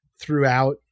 throughout